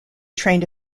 trained